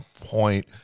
point